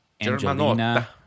angelina